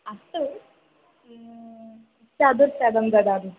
अस्तु चतुश्शतं ददामि